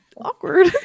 awkward